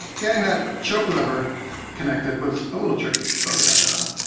getting that choke lever connected was a little tricky, but we got that on.